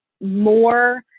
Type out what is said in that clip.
more